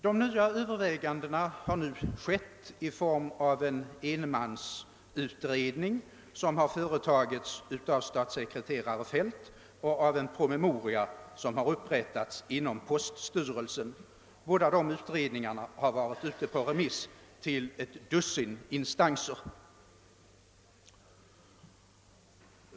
De nya övervägandena har nu skett i form av en enmansutredning som har företagits av statssekreterare Feldt och en promemoria som har upprättats inom poststyrelsen. Båda dessa har sänts på remiss till ett dussin instanser.